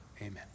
amen